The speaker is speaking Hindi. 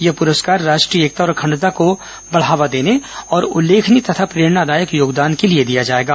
यह पुरस्कार राष्ट्रीय एकता और अखंडता को बढ़ावा देने और उल्लेखनीय तथा प्रेरणादायक योगदान के लिए दिया जाएगा